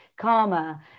karma